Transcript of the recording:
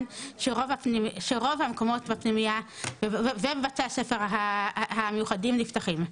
שרוב המקומות ופנימייה ובתי הספר המיוחדים נפתחים.